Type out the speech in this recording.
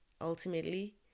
Ultimately